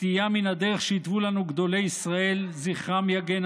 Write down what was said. סטייה מן הדרך שהתוו לנו גדולי ישראל זיע"א,